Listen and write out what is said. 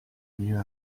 mieux